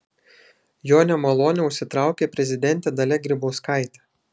jo nemalonę užsitraukė prezidentė dalia grybauskaitė